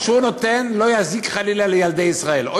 שהוא נותן לא יזיק חלילה לילדי ישראל.